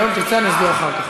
הוא לא הסתפק בתשובת השר.